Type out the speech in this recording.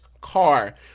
car